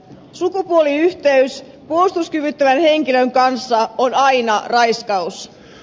sukupuoliyhteys puolustuskyvyttömän henkilön kanssa on aina raiskaus